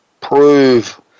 prove